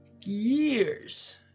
years